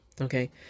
okay